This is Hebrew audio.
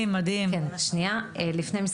וב-99